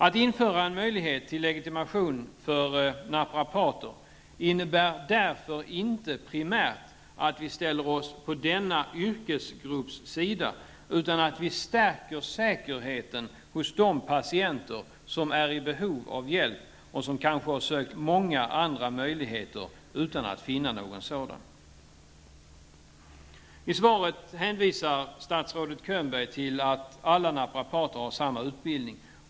Att införa en möjlighet till legitimation för naprapater innebär därför inte primärt att vi ställer oss på denna yrkesgrupps sida utan att vi stärker säkerheten för de patienter som är i behov av hjälp och som kanske har sökt många andra möjligheter utan att finna någon sådan. I svaret hänvisar statsrådet Bo Könberg till att alla naprater har samma utbildning.